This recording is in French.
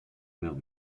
mers